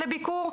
ולביקור?